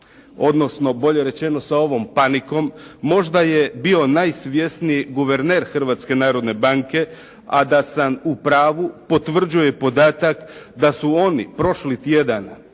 odnosno bolje rečeno sa ovom panikom, možda je bio najsvjesniji guverner Hrvatske narodne banke, a da sam upravu potvrđuje podatak da su oni prošli tjedan